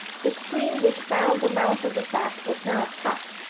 the string which bound the mouth of the sack was now cut.